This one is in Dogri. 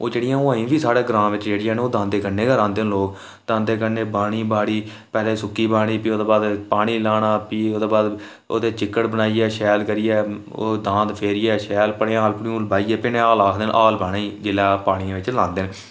ओह् जेह्ड़ियां अजें बी साढ़े ग्रां बिच जेह्ड़ियां न ओह् दांदे कन्नै गै रांह्दे न लोक दांदे कन्नै बाह्नी बाड़ी पैह्लें सुक्की बाह्नी भी ओह्दे बाद पानी लाना भी ओह्दे बाद ओह्दे च चिक्कड़ बनाइयै शैल करियै ओह् दांद फेरियै शैल भनेआल भनूल बाहियै भनेआल आखदे न हाल बाह्नै गी जेल्लै पानियै बिच लांदे न